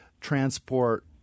transport